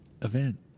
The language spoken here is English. event